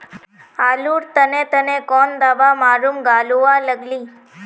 आलूर तने तने कौन दावा मारूम गालुवा लगली?